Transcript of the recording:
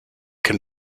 can